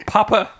Papa